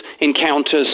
encounters